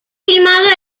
filmado